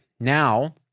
Now